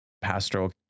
pastoral